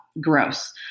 gross